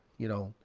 you know,